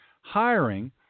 hiring